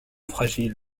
fragile